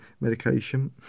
medication